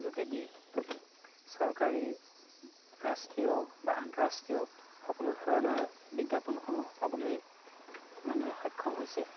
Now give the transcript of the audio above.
যোগেদি চৰকাৰী ৰাষ্ট্ৰীয় বা আন্তঃৰাষ্ট্ৰীয় সকলোধৰণৰ বিজ্ঞাপনসমূহ পাবলৈ মানুহে সক্ষম হৈছে